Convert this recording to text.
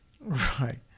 Right